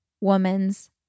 woman's